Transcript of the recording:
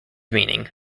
meaning